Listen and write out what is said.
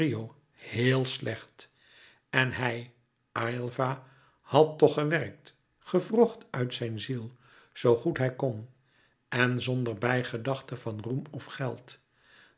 heel slecht en hij aylva had toch gewerkt gewrocht uit zijn ziel zoo goed hij kon en zonder bijgedachte van roem of geld